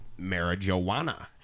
Marijuana